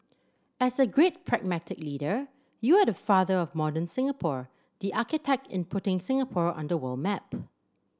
as a great pragmatic leader you are the father of modern Singapore the architect in putting Singapore on the world map